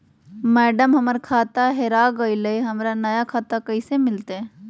madam, हमर खाता हेरा गेलई, हमरा नया खाता कैसे मिलते